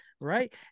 right